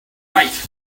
right